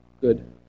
Good